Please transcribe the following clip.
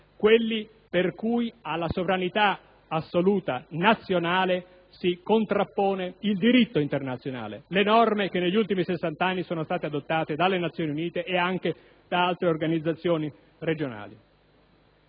quelli per cui alla sovranità assoluta nazionale si contrappone il diritto internazionale, le norme che negli ultimi sessant'anni sono state adottate dalle Nazioni Unite e da altre organizzazioni regionali.